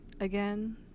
Again